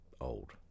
old